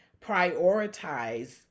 prioritize